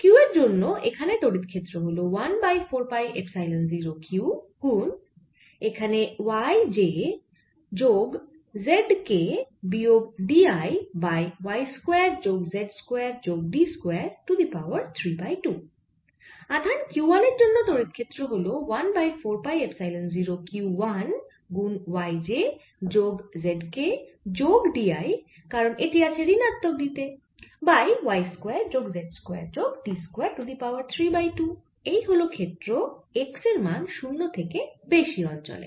q এর জন্য এখানে তড়িৎ ক্ষেত্র হল 1 বাই 4 পাই এপসাইলন 0 q গুন এখানে y j যোগ z k বিয়োগ d i by y square যোগ z স্কয়ার যোগ d square to the power 3 by 2 I আধান q 1 এর জন্য তড়িৎ ক্ষেত্র হল 1 বাই 4 পাই এপসাইলন 0 q1 গুন y j যোগ z k যোগ d i কারণ এটি আছে ঋণাত্মক d তেবাই y স্কয়ার যোগ z স্কয়ার যোগ d square to the power 3 by 2 এই হল ক্ষেত্র x এর মান 0 থেকে বেশি অঞ্চলে